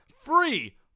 free